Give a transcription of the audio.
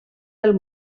del